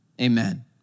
amen